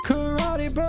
Karate